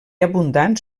abundants